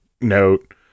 note